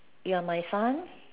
you're my son